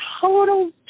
total